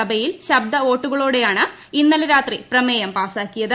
സഭയിൽ ശബ്ദവോട്ടുകളോടെയാണ് ഇന്നലെ രാത്രി പ്രമേയം പാസ്സാക്കിയത്